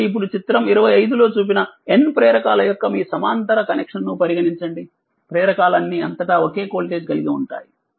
కాబట్టిఇప్పుడుచిత్రం25లో చూపినNప్రేరకాల యొక్క మీ సమాంతర కనెక్షన్ను పరిగణించండిప్రేరకాలన్నీఅంతటా ఒకే వోల్టేజ్ కలిగి ఉంటాయి